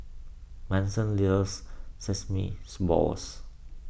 Manson loves Sesame Malls